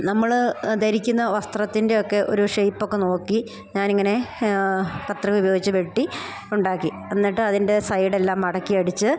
നമ്മൾ ധരിക്കുന്ന വസ്ത്രത്തിൻ്റെയൊക്കെ ഒരു ഷെയ്പ്പൊക്കെ നോക്കി ഞാനിങ്ങനെ പത്രം ഉപയോഗിച്ച് വെട്ടി ഉണ്ടാക്കി എന്നിട്ട് അതിൻ്റെ സൈഡെല്ലാം മടക്കി അടിച്ച്